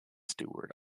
steward